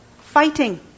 Fighting